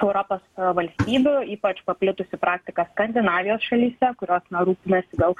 europos valstybių ypač paplitusi praktika skandinavijos šalyse kurios rūpinasi gal